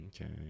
Okay